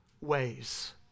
ways